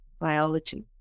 biology